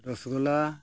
rasgulla